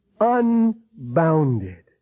unbounded